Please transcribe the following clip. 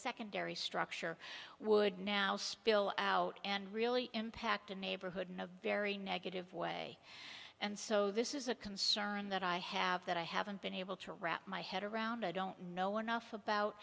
secondary structure would now spill out and really impact a neighborhood in a very negative way and so this is a concern that i have that i haven't been able to wrap my head around i don't know enough about